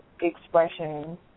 expression